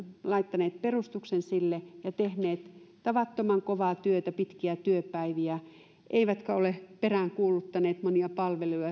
laittaneet perustuksen sille ja tehneet tavattoman kovaa työtä pitkiä työpäiviä eivätkä ole peräänkuuluttaneet monia palveluja